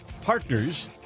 partners